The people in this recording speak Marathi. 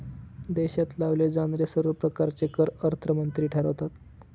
देशात लावले जाणारे सर्व प्रकारचे कर अर्थमंत्री ठरवतात